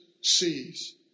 sees